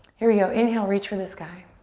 here we go, inhale, reach for the sky.